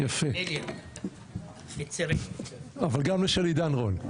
יפה, אבל גם לשל עידן רול.